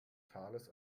thales